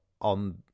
on